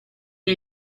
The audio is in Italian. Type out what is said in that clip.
che